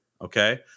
okay